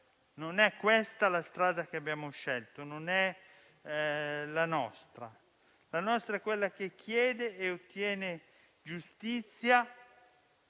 Non è questa la strada che abbiamo scelto, non è la nostra. La nostra strada è quella che chiede e ottiene giustizia,